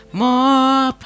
more